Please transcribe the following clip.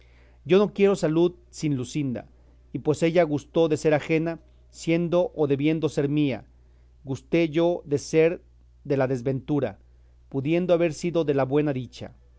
yo no quiero salud sin luscinda y pues ella gustó de ser ajena siendo o debiendo ser mía guste yo de ser de la desventura pudiendo haber sido de la buena dicha